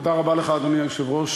אדוני היושב-ראש,